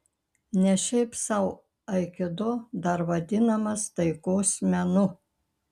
ne šiaip sau aikido dar vadinamas taikos menu